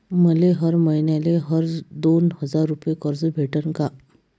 मले हर मईन्याले हर दोन हजार रुपये कर्ज भेटन का?